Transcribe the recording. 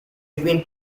between